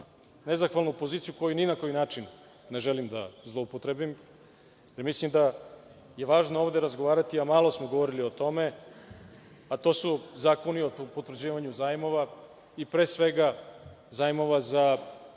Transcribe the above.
nezahvalnu poziciju, koju ni na koji način ne želim da zloupotrebim, jer mislim da je važno ovde razgovarati, a malo smo govorili o tome, a to su Zakoni o potvrđivanju zajmova i pre svega zajmovi za